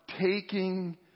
taking